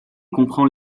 comprend